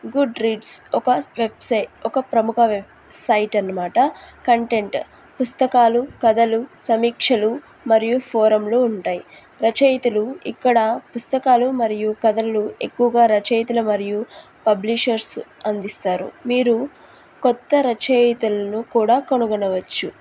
good reads ఒక website ఒక ప్రముఖ వెబ్సైట్ అన్నమాట కంటెంట్ పుస్తకాలు కథలు సమీక్షలు మరియు ఫోరంలు ఉంటాయి రచయితలు ఇక్కడ పుస్తకాలు మరియు కథలు ఎక్కువగా రచయితలు మరియు పబ్లీషర్స్ అందిస్తారు మీరు కొత్త రచయితలను కూడా కొనగొనవచ్చు